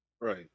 right